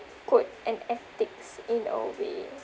code and ethics in a way